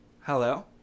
Hello